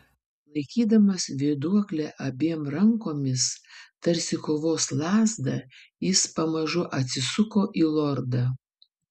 laikydamas vėduoklę abiem rankomis tarsi kovos lazdą jis pamažu atsisuko į lordą